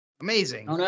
Amazing